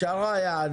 פשרה, יעני.